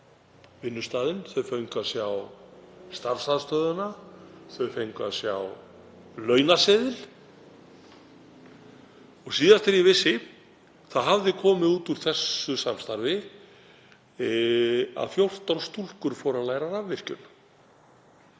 vinnustaðinn, þau fengu að sjá starfsaðstöðuna og þau fengu að sjá launaseðil. Og síðast þegar ég vissi hafði komið út úr þessu samstarfi að 14 stúlkur fóru að læra rafvirkjun